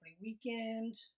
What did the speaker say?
weekend